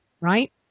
right